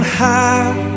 high